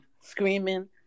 screaming